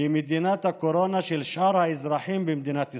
היא מדינת הקורונה של שאר האזרחים במדינת ישראל.